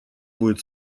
будет